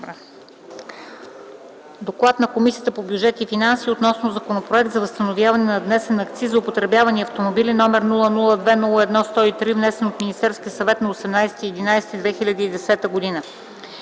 „ДОКЛАД на Комисията по бюджет и финанси относно Законопроект за възстановяване на надвнесен акциз за употребявани автомобили № 002-01-103, внесен от Министерския съвет на 18.11.2010 г.